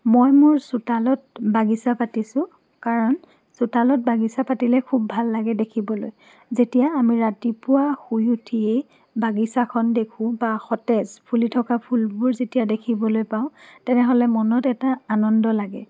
মই মোৰ চোতালত বাগিচা পাতিছোঁ কাৰণ চোতালত বাগিচা পাতিলে খুব ভাল লাগে দেখিবলৈ যেতিয়া আমি ৰাতিপুৱা শুই উঠিয়েই বাগিচাখন দেখোঁ বা সতেজ ফুলি থকা ফুলবোৰ যেতিয়া দেখিবলৈ পাওঁ তেনেহ'লে মনত এটা আনন্দ লাগে